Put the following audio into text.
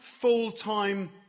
full-time